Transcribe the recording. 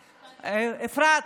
אפרת,